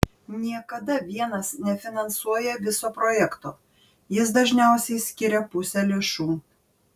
niekada vienas nefinansuoja viso projekto jis dažniausiai skiria pusę lėšų